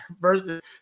versus